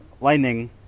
Lightning